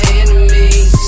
enemies